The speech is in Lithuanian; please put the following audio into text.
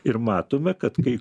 ir matome kad kai